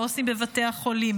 העו"סים בבתי החולים,